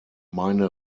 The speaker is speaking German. meine